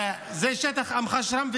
זה שטח אום חשרם.